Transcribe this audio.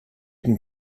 can